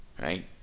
Right